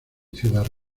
ciudad